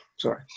Sorry